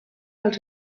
als